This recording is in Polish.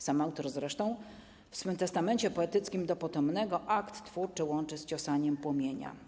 Sam autor zresztą w swym testamencie poetyckim ˝Do potomnego˝ akt twórczy łączy z ciosaniem płomienia.